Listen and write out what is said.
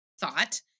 thought